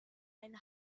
einen